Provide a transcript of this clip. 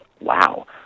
wow